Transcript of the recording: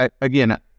again